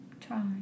try